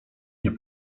nie